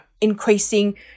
increasing